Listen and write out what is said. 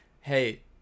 hey